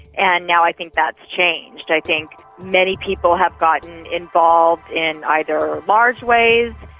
and now i think that's changed. i think many people have gotten involved in either large ways,